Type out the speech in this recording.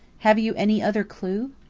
have you any other clue?